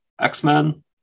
X-Men